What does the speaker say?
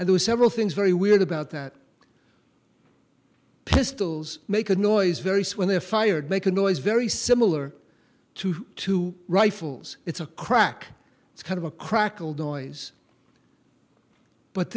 and there are several things very weird about that pistols make a noise very sweyn they're fired make a noise very similar to two rifles it's a crack it's kind of a crackled ois but